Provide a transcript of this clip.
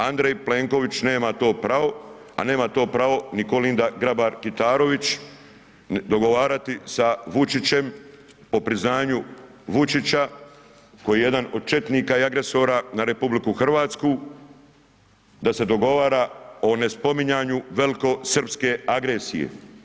Andrej Plenković nema to pravo, a nema to pravo ni Kolinda Grabar Kitarović dogovarati sa Vučićem o priznanju Vučića koji je jedan od četnika i agresora na RH da se dogovara o nespominjanju velikosrpske agresije.